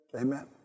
Amen